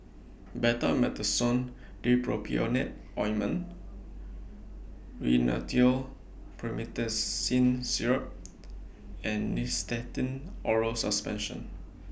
Betamethasone Dipropionate Ointment Rhinathiol Promethazine Syrup and Nystatin Oral Suspension